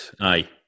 aye